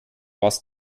was